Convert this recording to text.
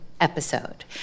episode